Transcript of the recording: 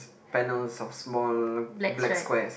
banners of small black squares